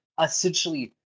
essentially